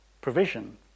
provision